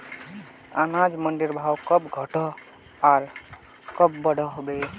अनाज मंडीर भाव कब घटोहो आर कब बढ़ो होबे?